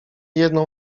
jedną